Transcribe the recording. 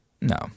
No